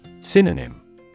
Synonym